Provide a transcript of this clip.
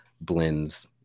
blends